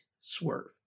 Swerve